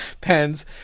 pens